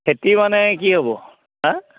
খেতি মানে কি হ'ব হা